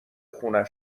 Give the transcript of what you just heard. خونه